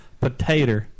potato